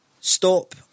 Stop